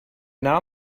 now